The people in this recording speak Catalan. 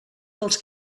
dels